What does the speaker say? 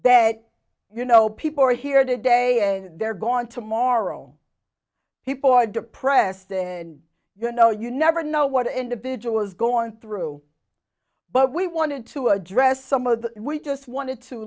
that you know people are here today and they're gone tomorrow people are depressed in you know you never know what an individual is going through but we wanted to address some of that we just wanted to